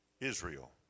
Israel